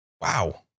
wow